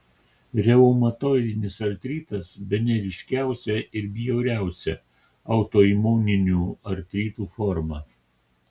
reumatoidinis artritas bene ryškiausia ir bjauriausia autoimuninių artritų forma